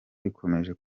bikomeje